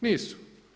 Nisu.